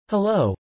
Hello